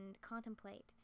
contemplate